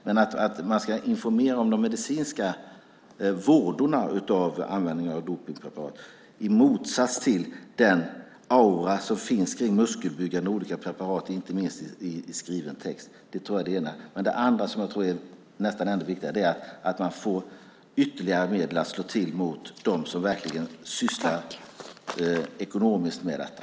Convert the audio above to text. Men man ska informera om de medicinska vådorna av användning av dopningspreparat i motsats till den aura som finns kring olika muskelbyggande preparat, information inte minst i skriftlig form. Det är det ena. Det andra, som jag tror nästan är ännu viktigare, är att man får ytterligare medel för att slå till mot dem som verkligen sysslar ekonomiskt med detta.